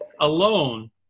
Alone